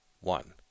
one